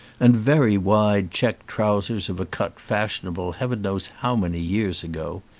and very wide check trousers of a cut fashionable heaven knows how many years ago.